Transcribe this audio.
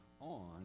on